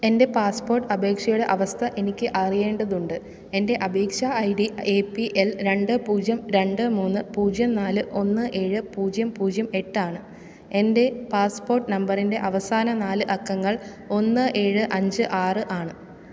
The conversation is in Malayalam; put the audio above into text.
എന്റെ പാസ്പ്പോട്ട് അപേക്ഷയുടെ അവസ്ഥ എനിക്ക് അറിയേണ്ടതുണ്ട് എന്റെ അപേക്ഷ I D A P L രണ്ട് പൂജ്യം രണ്ട് മൂന്ന് പൂജ്യം നാല് ഒന്ന് ഏഴ് പൂജ്യം പൂജ്യം എട്ട് ആണ് എന്റെ പാസ്പ്പോട്ട് നമ്പറിന്റെ അവസാന നാല് അക്കങ്ങൾ ഒന്ന് ഏഴ് അഞ്ച് ആറ് ആണ്